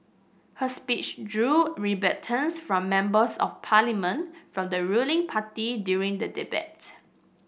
her speech drew from Members of Parliament from the ruling party during the debate